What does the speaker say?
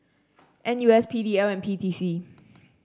N U S P D L and P T C